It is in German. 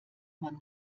man